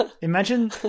imagine